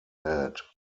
had